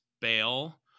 bail